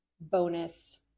bonus